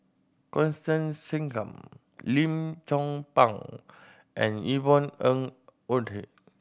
Constance Singam Lim Chong Pang and Yvonne Ng Uhde